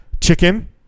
Chicken